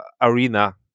arena